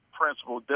principal